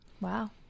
Wow